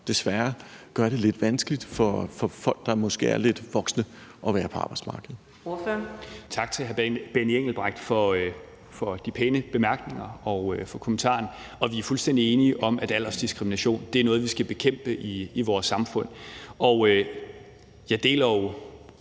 desværre at gøre det lidt vanskeligt for folk, der måske er lidt voksne, at være på arbejdsmarkedet.